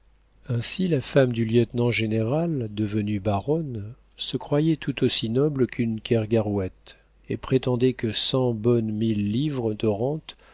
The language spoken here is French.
ainsi la femme du lieutenant-général devenue baronne se croyait tout aussi noble qu'une kergarouët et prétendait que cent bonnes mille livres de rente